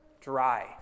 dry